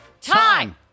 time